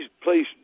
please